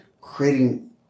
creating